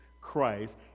Christ